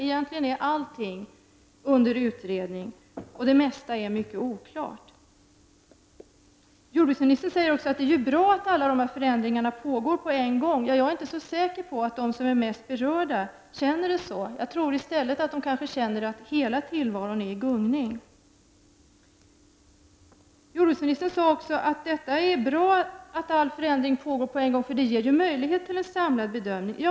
Egentligen är allting under utredning och det mesta är mycket oklart. Jordbruksministern säger också att det är bra att alla dessa förändringar pågår på en gång. Jag är inte så säker på att de som är mest berörda känner på det sättet. Jag tror i stället att de kanske känner att hela tillvaron är i gungning. Jordbruksministern sade att det är bra att alla förändringar pågår på en gång, eftersom det ger möjlighet till en samlad bedömning.